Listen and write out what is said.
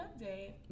update